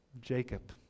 Jacob